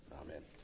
amen